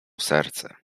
serce